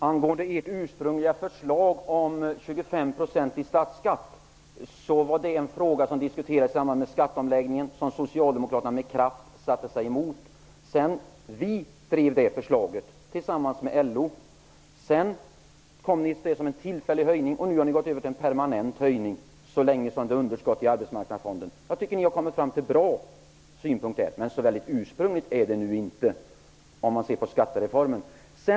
Herr talman! Ert ursprungliga förslag om 25 % i statsskatt diskuterades i samband med skatteomläggningen, och socialdemokraterna satte sig med kraft emot det. Vi drev det förslaget tillsammans med LO. Sedan ville ni ha en tillfällig höjning, och ni har nu övergått till att vilja ha en permanent höjning så länge som det är underskott i Arbetsmarknadsfonden. Jag tycker att ni har kommit fram till en bra ståndpunkt, men så ursprunglig är den inte mot bakgrund av skattereformen.